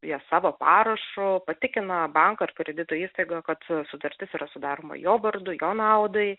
jas savo parašu patikina banką ar kredito įstaigą kad sutartis yra sudaroma jo vardu jo naudai